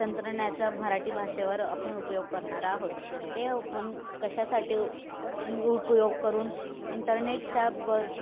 तंत्रज्ञाचा मराठी भाषेवर आपण उपयोग करणार आहोत ते पण कशासाठी उ उपयोग करून इंटरनेटचा ब